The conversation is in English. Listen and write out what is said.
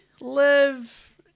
live